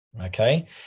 okay